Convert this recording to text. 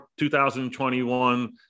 2021